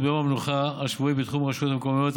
ביום המנוחה השבועי בתחומי הרשויות המקומיות,